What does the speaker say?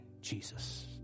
Jesus